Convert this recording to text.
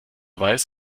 weiß